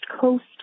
Coast